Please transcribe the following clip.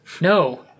No